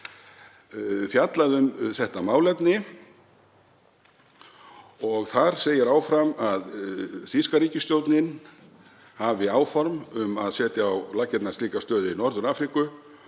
um málefnið. Þar segir áfram að þýska ríkisstjórnin hafi áform um að setja á laggirnar slíka stöð í Norður-Afríku